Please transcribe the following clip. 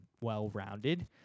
well-rounded